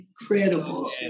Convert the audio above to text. Incredible